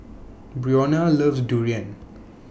Brionna loves Durian